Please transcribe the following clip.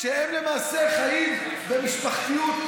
שהם למעשה חיים במשפחתיות.